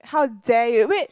how dare you wait